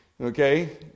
okay